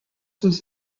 was